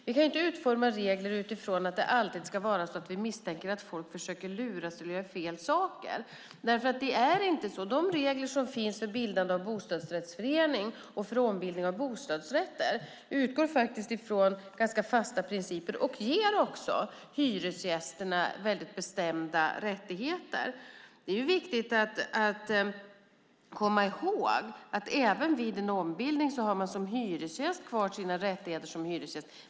Vi kan ju inte utforma regler utifrån att det alltid ska vara så att vi misstänker att folk försöker luras eller göra fel saker. Det är inte så. De regler som finns för bildande av bostadsrättsförening och för ombildning av hyresrätter utgår faktiskt från ganska fasta principer och ger också hyresgästerna väldigt bestämda rättigheter. Det är viktigt att komma ihåg att även vid en ombildning har man som hyresgäst kvar sina rättigheter som hyresgäst.